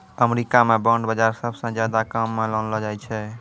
अमरीका म बांड बाजार सबसअ ज्यादा काम म लानलो जाय छै